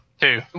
Two